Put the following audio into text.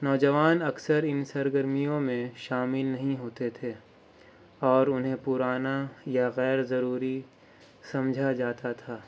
نوجوان اکثر ان سرگرمیوں میں شامل نہیں ہوتے تھے اور انہیں پرانا یا غیر ضروری سمجھا جاتا تھا